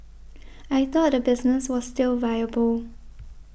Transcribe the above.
I thought the business was still viable